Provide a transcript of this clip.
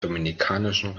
dominikanischen